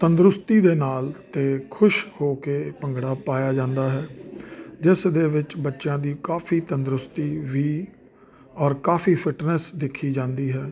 ਤੰਦਰੁਸਤੀ ਦੇ ਨਾਲ ਅਤੇ ਖੁਸ਼ ਹੋ ਕੇ ਭੰਗੜਾ ਪਾਇਆ ਜਾਂਦਾ ਹੈ ਜਿਸ ਦੇ ਵਿੱਚ ਬੱਚਿਆਂ ਦੀ ਕਾਫ਼ੀ ਤੰਦਰੁਸਤੀ ਵੀ ਔਰ ਕਾਫੀਫਿਟਨੈਸ ਦੇਖੀ ਜਾਂਦੀ ਹੈ